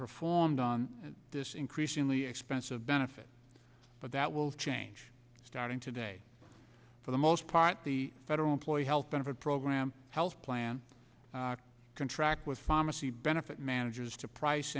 performed on this increasingly expensive benefit but that will change starting today for the most part the federal employee health benefit program health plan contract with pharmacy benefit managers to price